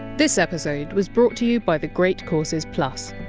this episode was brought to you by the great courses plus.